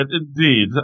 indeed